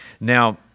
now